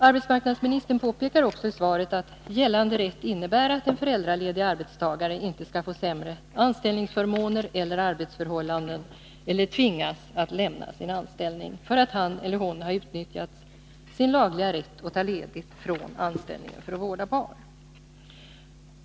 Arbetsmarknadsministern påpekar också i svaret att gällande rätt innebär att en föräldraledig arbetstagare inte skall få sämre anställningsförmåner eller arbetsförhållanden eller tvingas att lämna sin anställning för att han eller hon har utnyttjat sin lagliga rätt att ta ledigt från anställningen för att vårda barn.